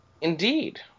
Indeed